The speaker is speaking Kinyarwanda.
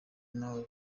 ryaho